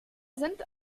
sind